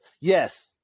yes